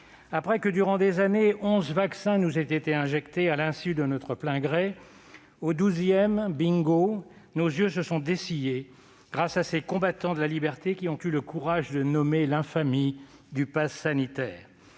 Après que, durant des années, onze vaccins nous ont été injectés à l'insu de notre plein gré, au douzième, bingo ! Nos yeux se sont dessillés grâce à ces combattants de la liberté qui ont eu le courage de nommer l'infamie du passe sanitaire